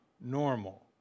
normal